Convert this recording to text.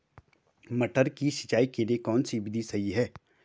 मटर की सिंचाई के लिए कौन सी विधि सही है?